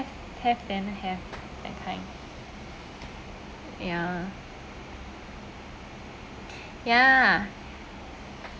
have then have that kind ya ya